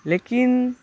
लेकिन